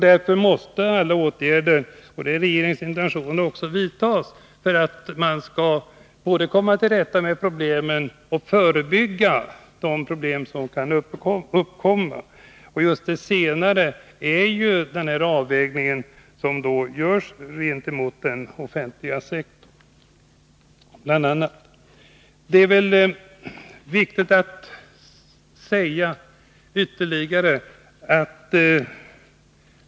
Därför måste alla åtgärder vidtas — och det är också regeringens intentioner — för att man skall komma till rätta med problemen och förebygga de problem som skulle kunna uppkomma. Just det senare gäller den avvägning som görs gentemot den offentliga sektorn.